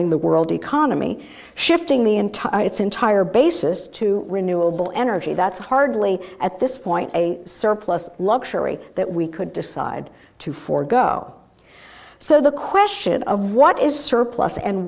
in the world economy shifting the entire it's entire basis to renewable energy that's hardly at this point a surplus luxury that we could decide to forgo so the question of what is surplus and